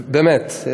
באמת,